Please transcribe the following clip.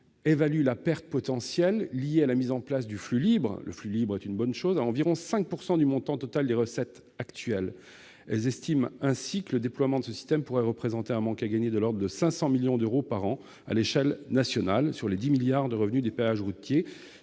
évaluent la perte potentielle liée à la mise en place du flux libre à environ 5 % du montant total des recettes actuelles. [...] Elles estiment ainsi que le déploiement de ce système pourrait représenter un manque à gagner de l'ordre de 500 millions d'euros par an à l'échelle nationale sur les 10 milliards de revenus des péages autoroutiers.